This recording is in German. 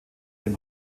dem